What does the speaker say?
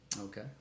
Okay